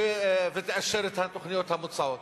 ותאשר את התוכניות המוצעות.